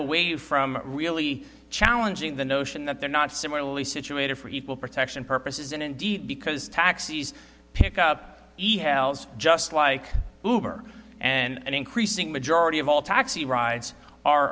away from really challenging the notion that they're not similarly situated for equal protection purposes and indeed because taxis pick up just like hoover and increasing majority of all taxi rides are